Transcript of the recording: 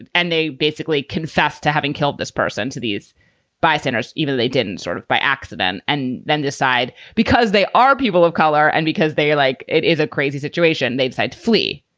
and and they basically confessed to having killed this person, to these bystanders, even though they didn't sort of by accident and then decide because they are people of color and because they like it is a crazy situation. they decide to flee.